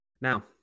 Now